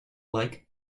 like